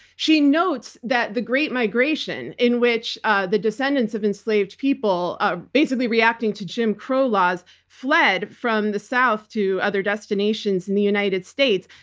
she notes that the great migration in which ah the descendants of enslaved people are basically reacting to jim crow laws fled from the south to other destinations in the united states,